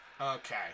Okay